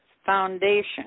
foundation